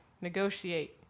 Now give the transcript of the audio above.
Negotiate